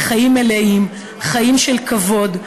לחיים מלאים וחיים של כבוד,